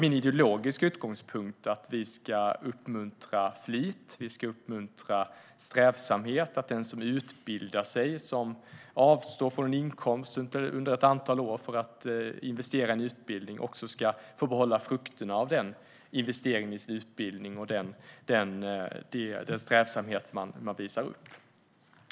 Min ideologiska utgångspunkt är att vi ska uppmuntra flit och strävsamhet och att den som utbildar sig och avstår från en inkomst under ett antal år för att investera i en utbildning också ska få behålla frukterna av denna investering i utbildning och av den strävsamhet man visar upp.